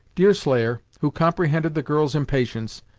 deerslayer, who comprehended the girl's impatience,